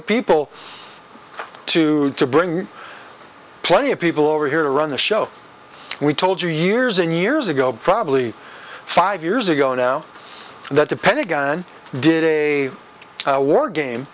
of people to to bring plenty of people over here to run the show we told you years and years ago probably five years ago now that the pentagon did a war game